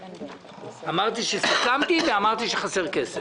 אמרתי שסיכמתי ואמרתי שחסר כסף.